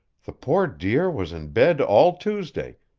the poor dear was in bed all tuesday,